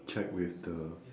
check with the